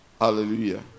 Hallelujah